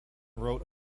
wrote